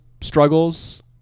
struggles